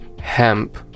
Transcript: hemp